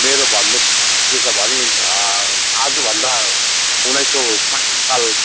मेरो भन्नुको अर्थ चाहिँ के छ भने आजभन्दा उन्नाइस सय सैतिस साल